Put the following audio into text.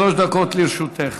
שלוש דקות לרשותך.